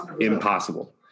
impossible